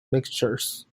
mixtures